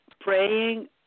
praying